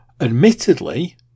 Admittedly